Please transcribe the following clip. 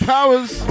Powers